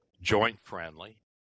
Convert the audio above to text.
joint-friendly